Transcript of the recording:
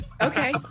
Okay